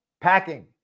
packing